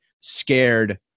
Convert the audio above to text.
scared